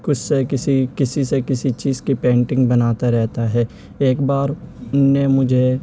کچھ سے کسی کسی سے کسی چیز کی پینٹنگ بناتا رہتا ہے ایک بار ان نے مجھے